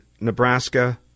Nebraska